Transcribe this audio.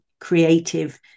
creative